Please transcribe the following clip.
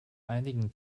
einigen